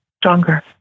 stronger